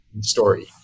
story